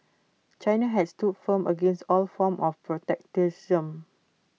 China has stood firm against all forms of protectionism